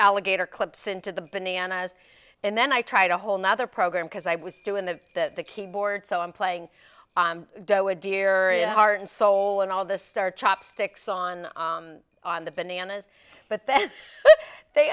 alligator clips into the bananas and then i tried a whole nother program because i was doing the that the keyboard so i'm playing doa dear heart and soul and all the star chopsticks on on the bananas but then they